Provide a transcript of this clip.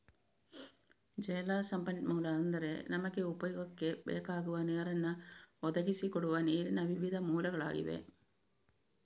ಜಲ ಸಂಪನ್ಮೂಲ ಅಂದ್ರೆ ನಮಗೆ ಉಪಯೋಗಕ್ಕೆ ಬೇಕಾಗುವ ನೀರನ್ನ ಒದಗಿಸಿ ಕೊಡುವ ನೀರಿನ ವಿವಿಧ ಮೂಲಗಳಾಗಿವೆ